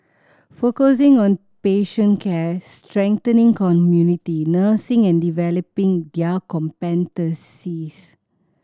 focusing on patient care strengthening community nursing and developing their competencies